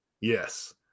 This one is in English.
Yes